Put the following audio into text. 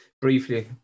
briefly